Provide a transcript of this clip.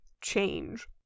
change